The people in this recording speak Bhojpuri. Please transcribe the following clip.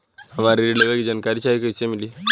हमरा ऋण के जानकारी चाही कइसे मिली?